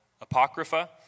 Apocrypha